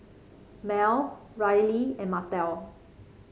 Merl Ryley and Martell